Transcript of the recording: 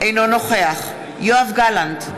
אינו נוכח יואב גלנט,